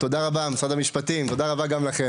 תודה רבה, משרד המשפטים, תודה רבה גם לכם.